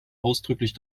ausdrücklich